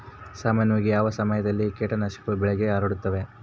ಸಾಮಾನ್ಯವಾಗಿ ಯಾವ ಸಮಯದಲ್ಲಿ ಕೇಟನಾಶಕಗಳು ಬೆಳೆಗೆ ಹರಡುತ್ತವೆ?